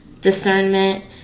discernment